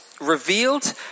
revealed